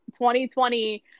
2020